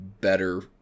better